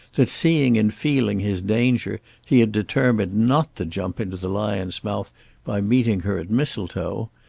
that, seeing and feeling his danger, he had determined not to jump into the lion's mouth by meeting her at mistletoe,